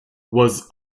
was